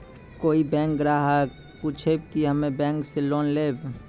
कोई बैंक ग्राहक पुछेब की हम्मे बैंक से लोन लेबऽ?